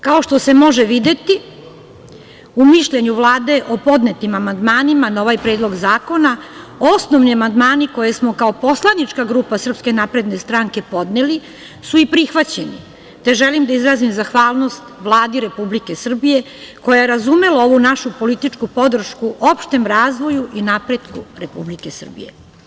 Kao što se može videti, u mišljenju Vlade o podnetim amandmanima na ovaj predlog zakona, osnovni amandmani koje smo kao poslanička grupa SNS podneli su i prihvaćeni, te želim da izrazim zahvalnosti Vladi Republike Srbije koja je razumela ovu našu političku podršku opštem razvoju i napretku Republike Srbije.